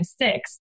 six